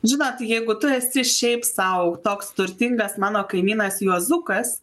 žinot jeigu tu esi šiaip sau toks turtingas mano kaimynas juozukas